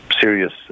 serious